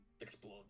explode